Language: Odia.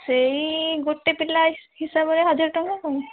ସେଇ ଗୋଟେ ପିଲା ହିସାବରେ ହଜାରେ ଟଙ୍କା